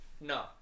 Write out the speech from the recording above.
no